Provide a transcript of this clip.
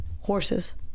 Horses